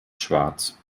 schwarz